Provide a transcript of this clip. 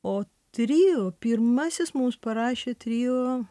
o trio pirmasis mums parašė trio